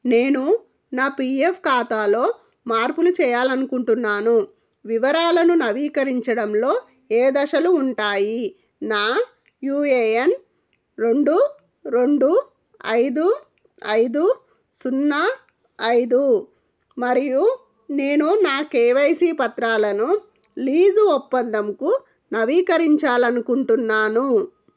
నేను నా పీఎఫ్ ఖాతాలో మార్పులు చెయ్యాలనుకుంటున్నాను వివరాలను నవీకరించడంలో ఏ దశలు ఉంటాయి నా యుఏఎన్ రెండు రెండు ఐదు ఐదు సున్నా ఐదు మరియు నేను నా కేవైసి పత్రాలను లీజు ఒప్పందానికి నవీకరించాలనుకుంటున్నాను